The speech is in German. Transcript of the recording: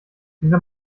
dieser